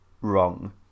wrong